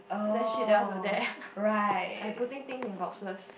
then shift that one to there and putting things in boxes